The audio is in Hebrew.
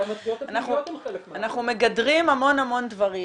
אנחנו מגדרים המון המון דברים,